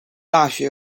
大学